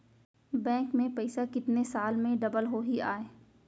Bank में पइसा कितने साल में डबल होही आय?